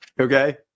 okay